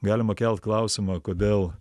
galima kelt klausimą kodėl